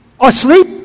asleep